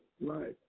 right